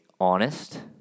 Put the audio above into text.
honest